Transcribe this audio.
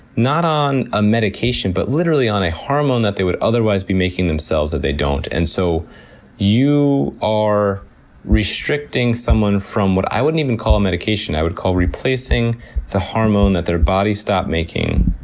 not on a medication, but literally on a hormone that they would otherwise be making themselves that they don't, and so you are restricting someone from, i wouldn't even call it medication, i would call replacing the hormone that their body stopped making,